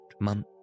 month